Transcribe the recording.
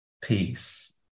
peace